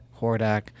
Hordak